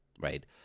right